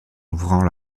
ouvrant